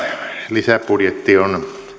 lisäbudjetti on